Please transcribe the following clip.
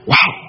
Wow